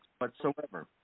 whatsoever